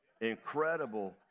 Incredible